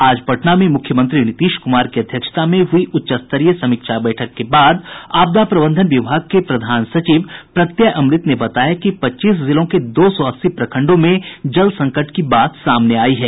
आज पटना में मुख्यमंत्री नीतीश कुमार की अध्यक्षता में हुई उच्चस्तरीय समीक्षा बैठक के बाद आपदा प्रबंधन विभाग के प्रधान सचिव प्रत्यय अमृत ने बताया कि पच्चीस जिलों के दो सौ अस्सी प्रखंडों में जल संकट की बात सामने आई है